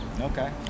Okay